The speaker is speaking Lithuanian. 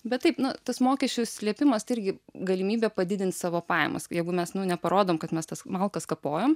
bet taip na tas mokesčių slėpimas tai irgi galimybė padidint savo pajamas jeigu mes nu neparodom kad mes tas malkas kapojom